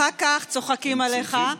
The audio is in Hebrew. אחר כך צוחקים עליך,